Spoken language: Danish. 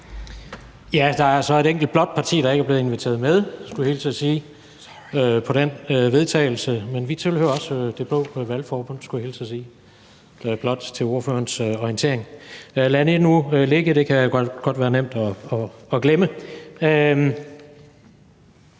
Der er så et enkelt blåt parti, der ikke er blevet inviteret med – skulle jeg hilse og sige – på det forslag til vedtagelse. Men vil tilhører også det blå valgforbund, skulle jeg hilse og sige blot til ordførerens orientering. Lad det nu ligge, det kan godt være nemt at glemme.